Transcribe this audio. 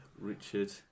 Richard